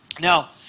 Now